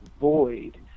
void